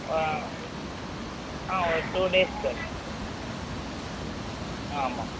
ஆ ஒரு two days sir ஆ ஆமாம்